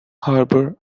harbour